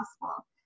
possible